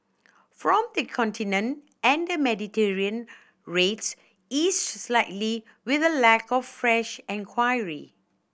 from the Continent and the Mediterranean rates eased slightly with a lack of fresh enquiry